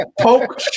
Poke